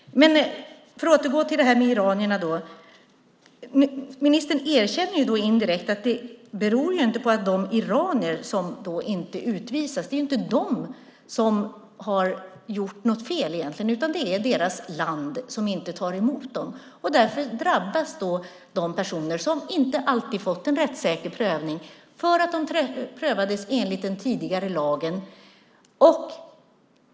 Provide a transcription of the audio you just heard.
För att återgå till iranierna vill jag konstatera att ministern indirekt erkänner att det inte beror på de iranier som inte utvisas. Det är ju inte de som har gjort något fel egentligen, utan det är deras land som inte tar emot dem, och därför drabbas dessa personer, som inte alltid fått en rättssäker prövning eftersom de prövades enligt den tidigare lagen.